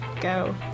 go